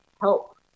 help